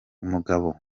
umugabo